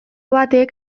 batek